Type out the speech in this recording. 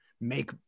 make